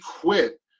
quit